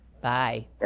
Bye